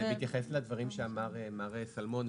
בהתייחס לדברים שאמר מר שלמון,